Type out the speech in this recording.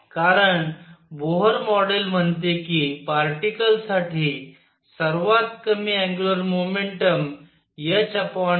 कारण Bohr model म्हणते की पार्टीकल साठी सर्वात कमी अँग्युलर मोमेंटम h2πआहे